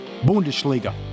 Bundesliga